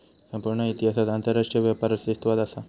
संपूर्ण इतिहासात आंतरराष्ट्रीय व्यापार अस्तित्वात असा